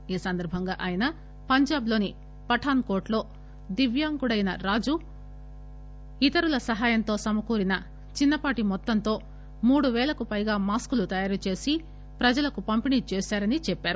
ఈ సందర్భంగా ఆయన పంజాబ్లోని పఠాన్కోట్ లో దివ్యాంగుడైన రాజు ఇతరుల సహాయంతో సమకూరిన చిన్స పాటి మొత్తంతో మూడు వేలకు పైగా మాస్కులు తయారు చేసి ప్రజలకు పంపిణీ చేశారని చెప్పారు